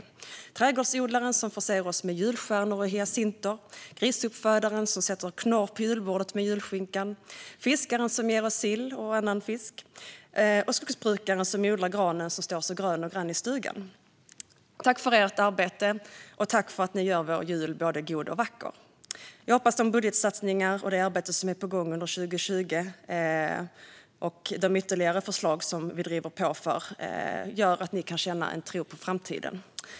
Det är trädgårdsodlaren som förser oss med julstjärnor och hyacinter, och grisuppfödaren som sätter knorr på julbordet med julskinkan. Det är fiskaren som ger oss sill och annan fisk, och skogsbrukaren som odlar granen som står så grön och grann i stugan. Tack för ert arbete, och tack för att ni gör vår jul både god och vacker! Jag hoppas att de budgetsatsningar och det arbete som är på gång under 2020, och de ytterligare förslag som vi driver på för, gör att ni kan känna en tro på framtiden.